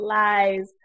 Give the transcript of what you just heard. lies